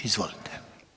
Izvolite.